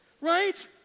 right